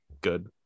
Good